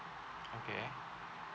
okay